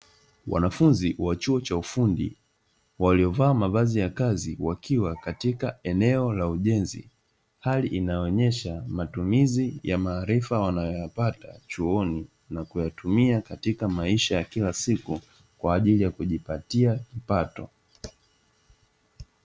Wanafunzi wa chuo cha ufundi waliovaa mavazi ya kazi wakiwa katika eneo la ujenzi, hali inayoonyesha matumizi ya maarifa wanayoyapata chuoni na kuyatumia katika maisha ya kila siku kwa ajili ya kujipatia kipato.